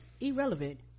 irrelevant